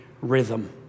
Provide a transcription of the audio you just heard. rhythm